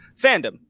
fandom